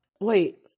Wait